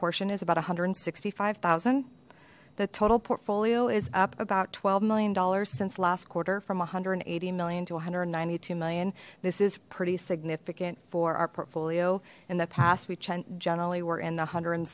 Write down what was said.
portion is about one hundred and sixty five thousand the total portfolio is up about twelve million dollars since last quarter from one hundred and eighty million to one hundred and ninety two million this is pretty significant for our portfolio in the past we generally were in the hundred and